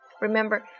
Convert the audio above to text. Remember